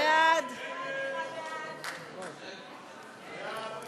ההסתייגות (104) של קבוצת סיעת מרצ